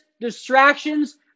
distractions